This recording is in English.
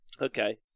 Okay